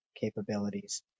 capabilities